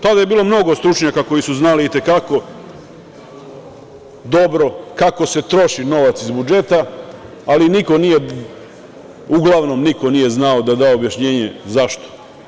Tada je bilo mnogo stručnjaka koji su znali itekako dobro kako se troši novac iz budžeta, ali niko nije, uglavnom niko nije znao da da objašnjenje zašto.